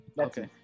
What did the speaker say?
Okay